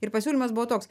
ir pasiūlymas buvo toks